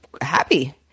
happy